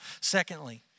Secondly